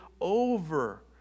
over